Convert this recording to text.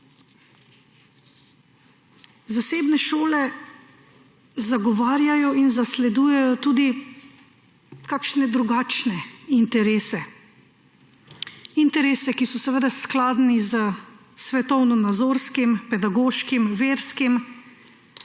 Zasebne šole zagovarjajo in zasledujejo tudi kakšne drugačne interese. Interese, ki so seveda skladni s svetovnonazorskimi, pedagoškimi, verskimi